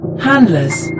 handlers